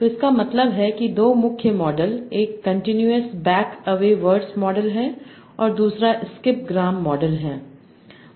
तो इसका मतलब है कि दो मुख्य मॉडल एक continuous bag of words model है और दूसरा स्किप ग्राम मॉडल है